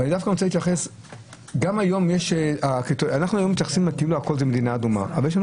היום אנחנו מתייחסים כאילו הכול זאת מדינה אדומה אבל יש גם